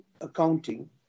accounting